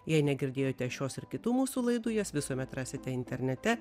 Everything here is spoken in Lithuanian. jei negirdėjote šios ir kitų mūsų laidų jas visuomet rasite internete